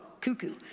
cuckoo